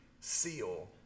SEAL